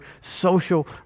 social